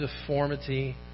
deformity